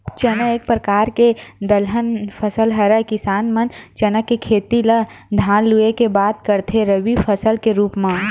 चना एक परकार के दलहन फसल हरय किसान मन चना के खेती ल धान लुए के बाद करथे रबि फसल के रुप म